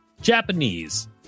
Japanese